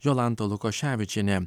jolanta lukoševičienė